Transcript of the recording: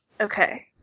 Okay